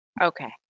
Okay